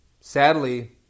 Sadly